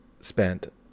spent